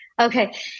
Okay